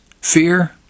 fear